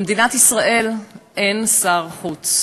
למדינת ישראל אין שר חוץ.